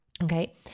Okay